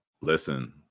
Listen